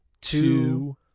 Two